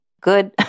good